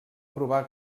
provar